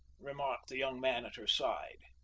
remarked the young man at her side.